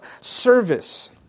service